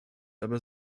aber